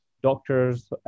doctors